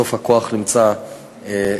כי בסוף הכוח נמצא שם,